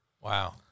Wow